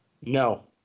No